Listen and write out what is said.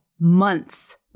months